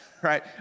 Right